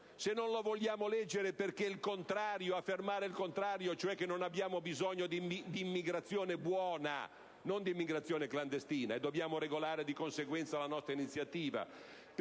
Se non lo si vuole leggere perché si preferisce affermare il contrario - cioè che non abbiamo bisogno di immigrazione buona (non di quella clandestina) e dobbiamo regolare di conseguenza la nostra iniziativa